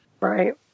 Right